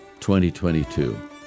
2022